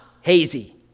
Hazy